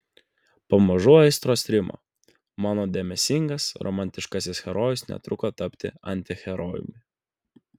pamažu aistros rimo mano dėmesingas romantiškasis herojus netruko tapti antiherojumi